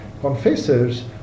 confessors